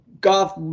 golf